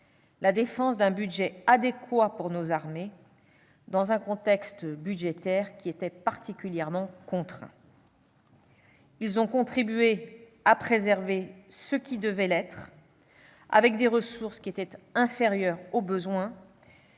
la défense d'un budget adéquat pour nos armées dans un contexte budgétaire particulièrement contraint. Ils ont contribué à préserver ce qui devait l'être, avec des ressources inférieures aux besoins,